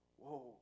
whoa